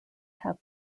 have